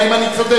האם אני צודק?